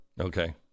Okay